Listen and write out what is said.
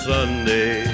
Sunday